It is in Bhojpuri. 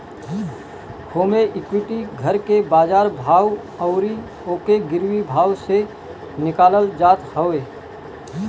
होमे इक्वीटी घर के बाजार भाव अउरी ओके गिरवी भाव से निकालल जात हवे